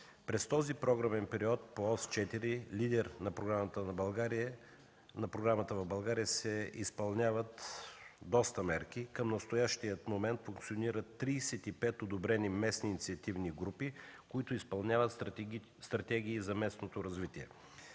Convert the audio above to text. През този програмен период по Ос 4 – лидер на програмата в България, се изпълняват доста мерки. Към настоящия момент функционират 35 одобрени местни инициативни групи, които изпълняват стратегии за местното развитие.